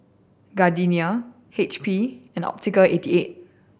Gardenia H P and Optical eighty eight